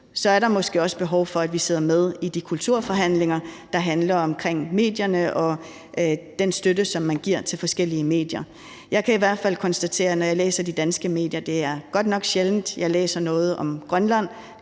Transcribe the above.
er der måske også behov for, at vi sidder med i de kulturforhandlinger, der handler om medierne og den støtte, som man giver til forskellige medier. Jeg kan i hvert fald konstatere, når jeg læser de danske medier, at det godt nok er sjældent, jeg læser noget om Grønland.